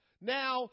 Now